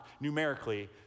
numerically